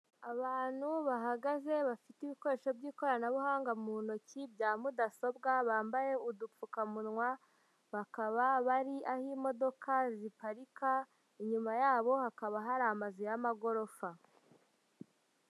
Abantu bahagaze bafite ibikoresho by'ikoranabuhanga mu ntoki bya mudasobwa bambaye udupfukamunwa bakaba bari aho imodoka ziparika inyuma yabo hakaba hari amazu y'amagorofa.